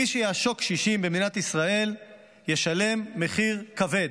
מי שיעסוק קשישים במדינת ישראל ישלם מחיר כבד.